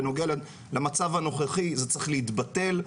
בנוגע למצב הנוכחי זה צריך להתבטל,